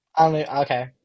Okay